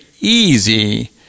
easy